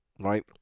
Right